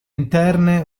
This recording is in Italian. interne